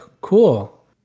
cool